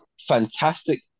fantastic